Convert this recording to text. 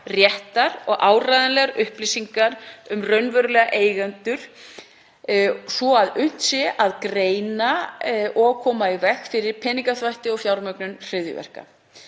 réttar og áreiðanlegar upplýsingar um raunverulega eigendur svo unnt sé að greina og koma í veg fyrir peningaþvætti og fjármögnun hryðjuverka.